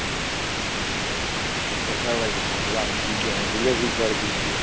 हाँ जी तो फिर सबसे अच्छा होगा कि पहुँचवा ही दीजिये होम डिलीवरी कर दीजिये